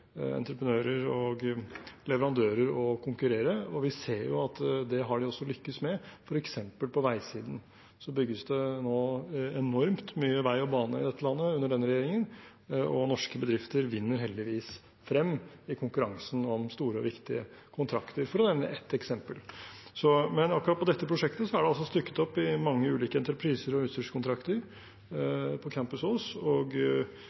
entreprenører og leverandører å konkurrere, og vi ser at det har vi også lyktes med. For eksempel på veisiden bygges det nå enormt mye vei og bane i dette landet under denne regjeringen, og norske bedrifter vinner heldigvis frem i konkurransen om store og viktige kontrakter – for å nevne ett eksempel. Men akkurat i dette prosjektet, på Campus Ås, er det altså stykket opp i mange ulike entrepriser og utstyrskontrakter, og